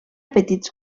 petits